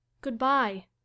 Goodbye